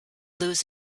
lose